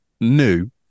new